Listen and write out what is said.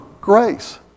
grace